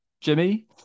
Jimmy